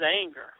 anger